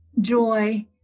joy